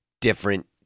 different